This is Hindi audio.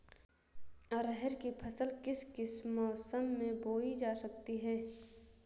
अरहर की फसल किस किस मौसम में बोई जा सकती है?